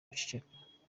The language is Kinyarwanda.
wiceceka